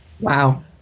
Wow